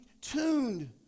tuned